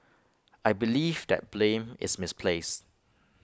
I believe that blame is misplaced